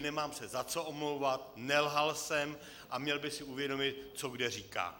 Čili nemám se za co omlouvat, nelhal jsem a měl by si uvědomit, co kde říká.